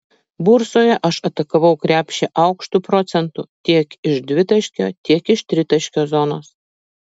bursoje aš atakavau krepšį aukštu procentu tiek iš dvitaškio tiek iš tritaškio zonos